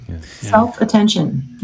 Self-attention